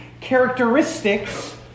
characteristics